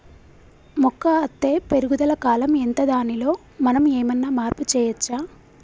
మొక్క అత్తే పెరుగుదల కాలం ఎంత దానిలో మనం ఏమన్నా మార్పు చేయచ్చా?